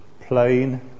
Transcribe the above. plain